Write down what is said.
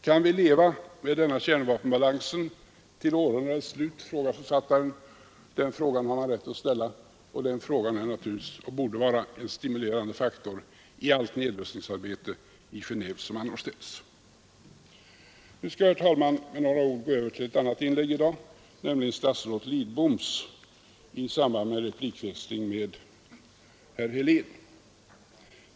Kan vi leva med denna kärnvapenbalans till århundradets slut, frågar författaren. Den frågan har han rätt att ställa, och den borde vara en stimulerande faktor i allt nedrustningsarbete såväl i Genåve som annorstädes. Jag skall nu, herr talman, gå över till ett annat inlägg i dag, nämligen statsrådet Lidboms i samband med en replikväxling med herr Helén.